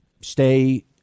stay